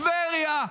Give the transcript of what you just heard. טבריה,